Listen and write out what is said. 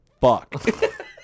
fuck